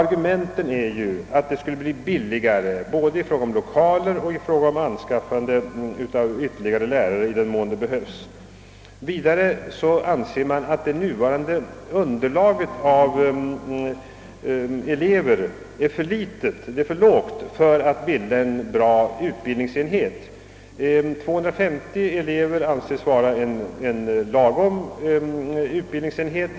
Argumenten härför är att detta skulle bli billigare i fråga om både lokaler och eventuellt anskaffande av ytterligare lärare och att det nuvarande elevunderlaget för en socialhögskola i Örebro är för litet för att det skall kunna ge en lämplig utbildningsenhet. 250 elever anses vara en lagom stor utbildningsenhet.